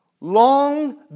long